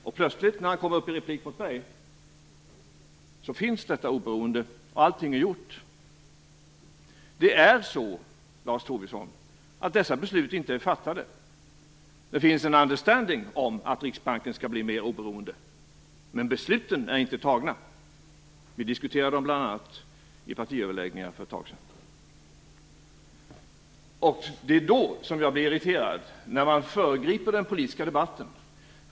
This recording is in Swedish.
I repliken på mitt anförande säger han plötsligt att detta oberoende finns, och att allting är gjort. Dessa beslut är inte fattade, Lars Tobisson. Det finns en understanding om att Riksbanken skall bli mer oberoende, men besluten är inte fattade. Vi diskuterade det bl.a. i partiöverläggningar för ett tag sedan. Jag blir irriterad när man föregriper den politiska debatten.